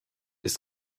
ist